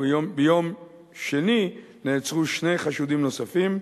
וביום שני נעצרו שני חשודים נוספים,